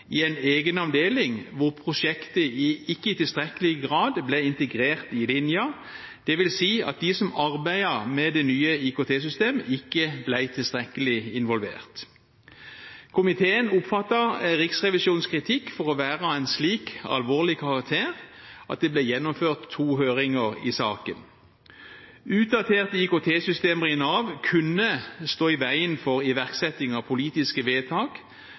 i en egen avdeling hvor prosjektet ikke i tilstrekkelig grad ble integrert i linjen, det vil si at de som arbeidet med det nye IKT-systemet, ikke ble tilstrekkelig involvert. Komiteen oppfattet Riksrevisjonens kritikk å være av en slik alvorlig karakter at det ble gjennomført to høringer i saken. Utdaterte IKT-systemer i Nav kunne stå i veien for iverksetting av politiske vedtak,